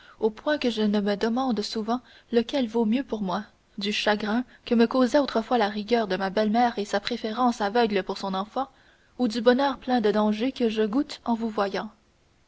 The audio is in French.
au point que je me demande souvent lequel vaut mieux pour moi du chagrin que me causait autrefois la rigueur de ma belle-mère et sa préférence aveugle pour son enfant ou du bonheur plein de dangers que je goûte en vous voyant